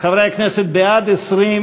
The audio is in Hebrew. אבל לא נשנה את תוצאות